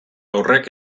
horrek